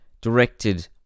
Directed